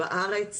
בארץ,